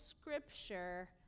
Scripture